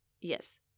yes